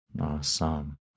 Awesome